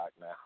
now